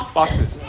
boxes